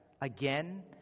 again